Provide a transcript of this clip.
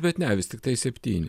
bet ne vis tiktai septyni